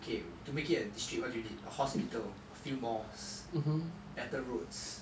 okay to make it a district what do you need hospital a few malls better roads